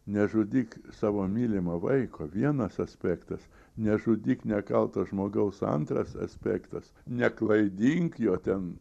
nežudyk savo mylimo vaiko vienas aspektas nežudyk nekalto žmogaus antras aspektas neklaidink jo ten